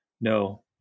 No